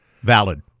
Valid